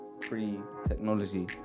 pre-technology